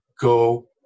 go